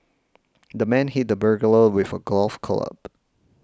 the man hit the burglar with a golf club